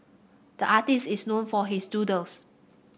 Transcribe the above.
the artist is known for his doodles